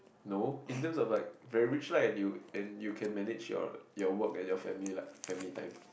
no in terms of like very rich lah and you and you can manage your your work and your family like family time